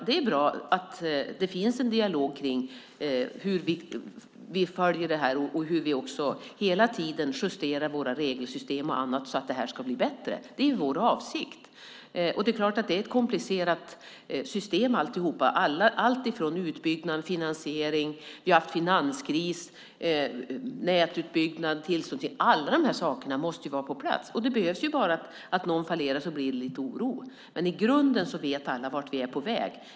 Det är bra att det förs en dialog om hur vi följer detta och hur vi hela tiden justerar våra regelsystem och annat så att det här ska bli bättre, vilket är vår avsikt. Det är klart att det är ett komplicerat system. Utbyggnad, finansiering, nätutbyggnad, tillstånd - alla de här sakerna måste vara på plats. Det behövs bara att något fallerar så blir det lite oro. Vi har haft en finanskris också. Men i grunden vet alla vart vi är på väg.